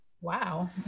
Wow